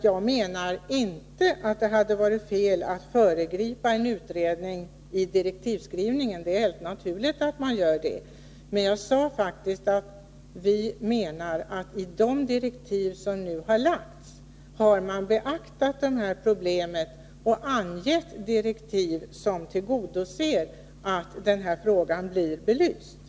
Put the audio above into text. Jag menade inte att det hade varit fel att föregripa utredningen i direktivskrivningen — det är naturligt att göra så. Jag sade faktiskt att de här problemen har beaktats i de direktiv som lagts och att dessa tillgodoser att den här frågan blir belyst.